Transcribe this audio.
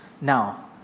Now